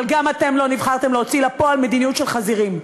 אבל אתם גם לא נבחרתם להוציא לפועל מדיניות של חזירים.